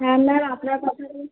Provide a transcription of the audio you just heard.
হ্যাঁ ম্যাম আপনার কথা